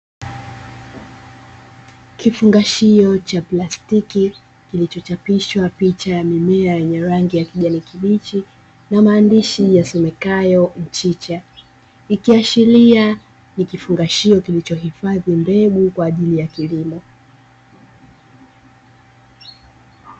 Kifungashio cha plastiki kilichochapishwa picha ya mimea yenye rangi ya kijani kibichi na maandishi yasomekayo mchicha, ikiashiria ni kifungashio kilichohifadhi mbegu kwa ajili ya kilimo.